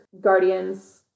Guardians